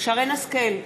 שרן השכל,